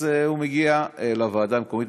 אז הוא מגיע לוועדה המקומית,